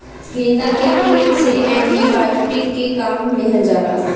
गेंदा के फूल से एंटी बायोटिक के काम लिहल जाला